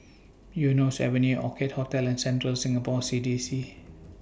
Eunos Avenue Orchid Hotel and Central Singapore C D C